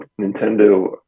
Nintendo